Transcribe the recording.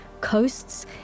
coasts